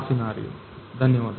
ಆ ಸೀನಾರಿಯೋ